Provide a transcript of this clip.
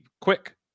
quick